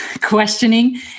questioning